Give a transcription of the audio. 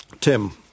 Tim